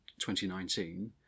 2019